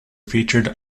featured